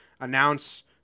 announce